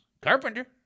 Carpenter